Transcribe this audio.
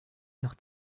nach